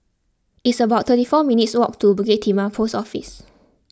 it's about twenty four minutes' walk to Bukit Timah Post Office